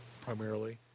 primarily